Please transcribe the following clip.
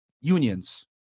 unions